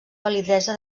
validesa